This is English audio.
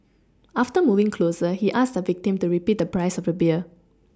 after moving closer he asked the victim to repeat the price of the beer